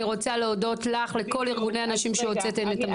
אני רוצה להודות לך ולכל ארגוני הנשים שהוצאתן את המכתב.